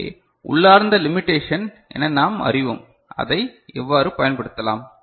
எனவே உள்ளார்ந்த லிமிடேஷன் என நாம் அறிவோம் அதை எவ்வாறு பயன்படுத்தலாம்